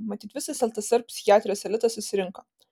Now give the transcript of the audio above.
matyt visas ltsr psichiatrijos elitas susirinko